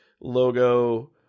logo